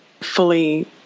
fully